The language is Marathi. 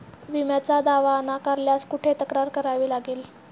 विम्याचा दावा नाकारल्यास कुठे तक्रार करावी लागेल?